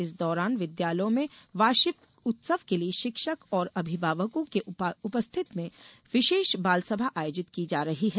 इस दौरान विद्यालयों में वार्षिक उत्सव के लिये शिक्षक और अभिभावकों के उपस्थिति में विशेष बालसभा आयोजित की जा रही है